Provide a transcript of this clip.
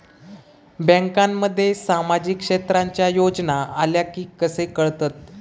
बँकांमध्ये सामाजिक क्षेत्रांच्या योजना आल्या की कसे कळतत?